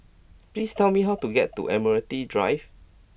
please tell me how to get to Admiralty Drive